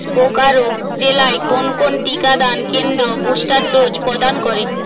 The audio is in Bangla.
বোকারো জেলায় কোন কোন টিকাদান কেন্দ্র বুস্টার ডোজ প্রদান করে